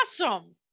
awesome